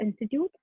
institute